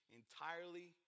entirely